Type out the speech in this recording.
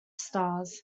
stars